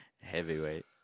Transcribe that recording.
Heavyweight